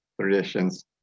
traditions